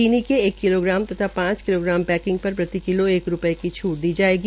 चीनी के एक किलोग्राम तथा पांच किलोग्राम पैकिंग पर प्रति किलो एक रुपये की छूट दी जाएगी